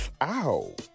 ow